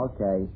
Okay